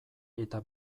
eta